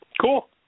Cool